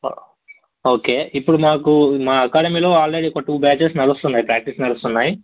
okay ఇప్పుడు మాకు మా అకాడమీలో ఆల్రెడీ ఒక టూ బ్యాచేస్ నడుస్తున్నాయి ప్రాక్టీస్ నడుస్తున్నాయి